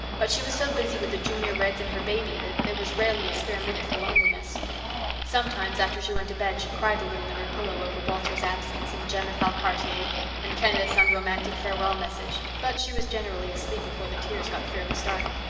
but she was so busy with the junior reds and her baby that there was rarely a spare minute for loneliness sometimes, after she went to bed, she cried a little in her pillow over walter's absence and jem at valcartier and kenneth's unromantic farewell message, but she was generally asleep before the tears got fairly started.